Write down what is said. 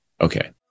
okay